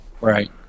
Right